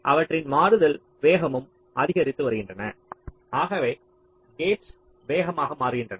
அவற்றின் மாறுதல் வேகமும் அதிகரித்து வருகின்றன ஆகவே கேட்ஸ் வேகமாக மாறுகின்றன